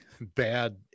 bad